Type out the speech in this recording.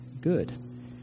good